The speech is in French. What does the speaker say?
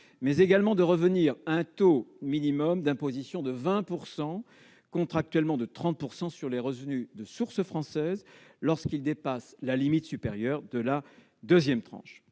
mais également de revenir à un taux minimum d'imposition de 20 %, contractuellement de 30 %, sur les revenus de source française lorsqu'ils dépassent la limite supérieure de la deuxième tranche.